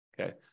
Okay